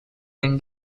than